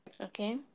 Okay